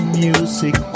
music